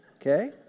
Okay